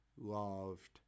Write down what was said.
loved